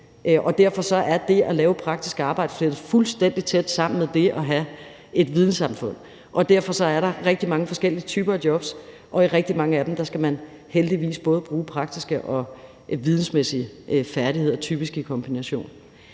og derfor er det at lave praktisk arbejde flettet fuldstændig tæt sammen med det at have et vidensamfund. Derfor er der rigtig mange forskellige typer af jobs, og i rigtig mange af dem skal man heldigvis både bruge praktiske og vidensmæssige færdigheder og typisk i en kombination.